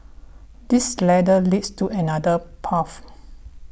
this ladder leads to another path